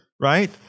right